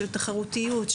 של תחרותיות,